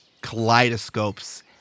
kaleidoscopes